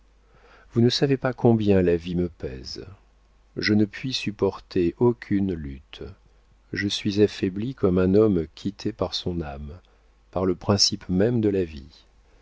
vous ne savez pas combien la vie me pèse je ne puis supporter aucune lutte je suis affaibli comme un homme quitté par son âme par le principe même de sa vie